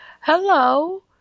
Hello